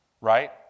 right